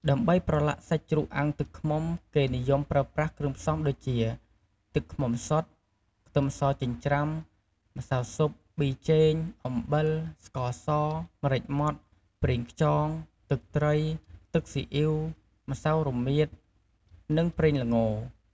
ដើម្បីប្រឡាក់សាច់ជ្រូកអាំងទឹកឃ្មុំ គេនិយមប្រើប្រាស់គ្រឿងផ្សំដូចជា ទឹកឃ្មុំសុទ្ធ ខ្ទឹមសចិញ្ច្រាំ ម្សៅស៊ុប ប៊ីចេង អំបិល ស្ករស ម្រេចម៉ដ្ឋ ប្រេងខ្យង ទឹកត្រី ទឹកស៊ីអ៉ីវ ម្សៅរមៀត និងប្រេងល្ង។